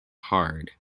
hard